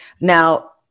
Now